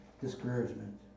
discouragement